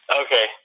okay